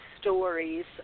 stories